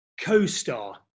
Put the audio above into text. CoStar